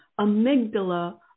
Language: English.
amygdala